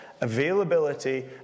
availability